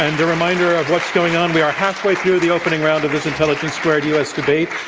and reminder of what's going on we are halfway through the opening round of this intelligence squared u. s. debate.